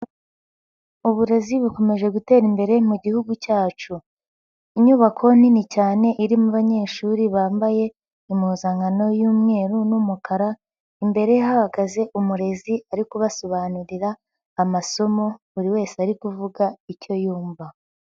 Uburezi bukomeje gutera imbere mu Gihugu cyacu. Inyubako nini cyane irimo abanyeshuri bambaye impuzankano y'umweru n'umukara imbere hahagaze umurezi ari kubasobanurira amasomo buri wese ari kuvuga icyo yumva.